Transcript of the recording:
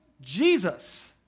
Jesus